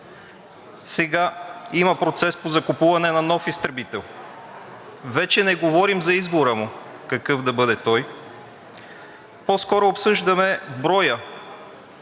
Сега има процес по закупуване на нов изтребител. Вече не говорим за избора му – какъв да бъде той. По-скоро обсъждаме броя